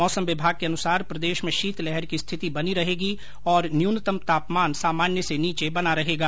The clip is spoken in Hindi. मौसम विभाग के अनुसार प्रदेश में शीतलहर की स्थिति बनी रहेगी और न्यूनतम तापमान सामान्य से नीचे बना रहेगा